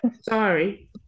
sorry